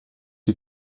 die